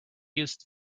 used